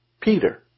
Peter